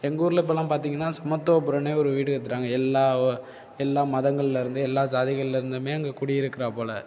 எங்கூரில் இப்போல்லாம் பார்த்தீங்கனா சமத்துவபுரம்னே ஒரு வீடு கட்டுறாங்க எல்லா எல்லா மதங்கள்லேருந்து எல்லா சாதிகள்லேருந்துமே அங்கே குடியிருக்கிறா போல்